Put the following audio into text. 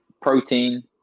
Protein